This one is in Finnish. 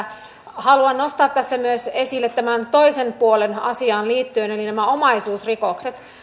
haluan nostaa tässä esille myös tämän toisen puolen asiaan liittyen eli nämä omaisuusrikokset